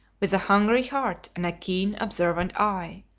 with a hungry heart and a keen, observant eye.